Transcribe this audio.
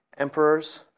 emperors